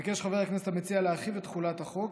ביקש חבר הכנסת המציע להרחיב את תחולת החוק,